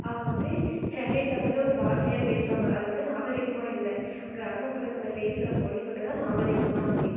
அவங்க வந்து சென்னைத்தமிழ் ஒரு பாசையாக பேசுவாங்க அது வந்து நாகரீகமாக இல்லை கிராமப்புறங்கள்ல பேசுகிற மொழி மட்டும் தான் நாகரீகமான மொழி